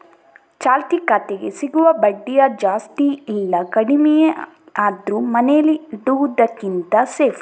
ಚಾಲ್ತಿ ಖಾತೆಗೆ ಸಿಗುವ ಬಡ್ಡಿ ಜಾಸ್ತಿ ಇಲ್ಲ ಕಡಿಮೆಯೇ ಆದ್ರೂ ಮನೇಲಿ ಇಡುದಕ್ಕಿಂತ ಸೇಫ್